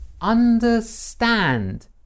Understand